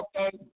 okay